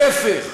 להפך,